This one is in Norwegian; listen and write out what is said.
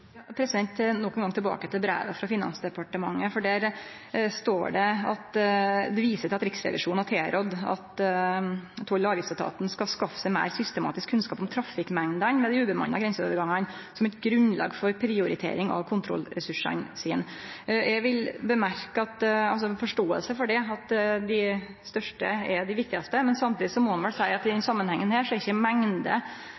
brevet frå Finansdepartementet, for der viser ein til at Riksrevisjonen har tilrådd at toll- og avgiftsetaten skal skaffe seg meir systematisk kunnskap om trafikkmengdene ved dei ubemanna grenseovergangane som eit grunnlag for prioritering av kontrollressursane. Eg har forståing for at dei største er dei viktigaste, men samtidig må ein vel seie at i